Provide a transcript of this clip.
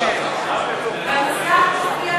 על המסך מופיע משהו,